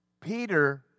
Peter